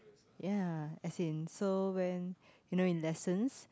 ya as in so when you know in lessons